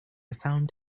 found